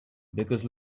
because